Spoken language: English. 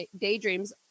daydreams